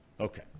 Okay